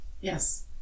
Yes